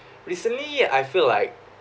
recently I feel like